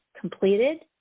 completed